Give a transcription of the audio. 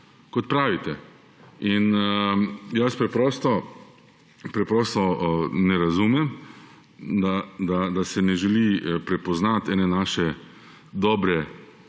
kot pravite. Jaz preprosto ne razumem, da se ne želi prepoznati ene naše dobre